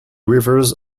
rivers